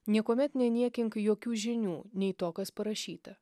niekuomet neniekink jokių žinių nei to kas parašyta